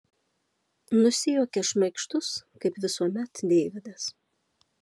nusijuokia šmaikštus kaip visuomet deividas